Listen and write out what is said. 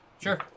Sure